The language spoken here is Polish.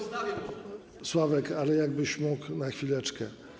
Sławek, ale jakbyś mógł na chwileczkę.